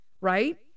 right